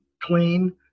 clean